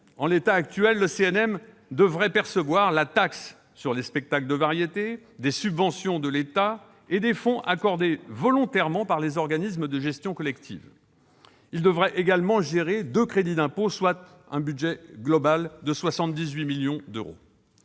En l'état actuel, le CNM devrait percevoir la taxe fiscale sur les spectacles de variétés, des subventions de l'État et des fonds accordés volontairement par les organismes de gestion collective. Il devrait également gérer deux crédits d'impôt, soit un budget total de 78 millions d'euros.